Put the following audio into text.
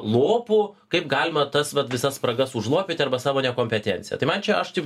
lopų kaip galima tas vat visas spragas užlopyti arba savo nekompetencija tai man čia aš taip